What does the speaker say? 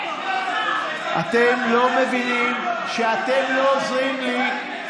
אתם לא מבינים שאתם לא עוזרים לי,